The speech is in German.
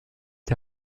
die